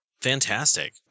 Fantastic